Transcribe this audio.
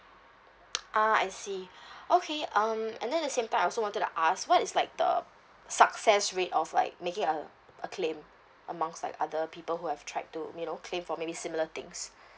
ah I see okay um and then at the same time I also wanted to ask what is like the success rate of like making a a claim amongst like other people who have tried to you know claim for maybe similar things